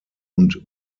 und